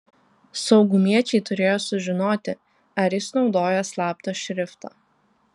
saugumiečiai turėjo sužinoti ar jis naudoja slaptą šriftą